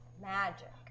magic